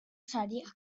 sariak